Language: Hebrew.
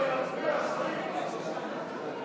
ההצעה להסיר מסדר-היום